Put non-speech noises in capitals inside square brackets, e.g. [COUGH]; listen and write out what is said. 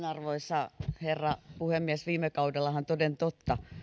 [UNINTELLIGIBLE] arvoisa herra puhemies viime kaudellahan toden totta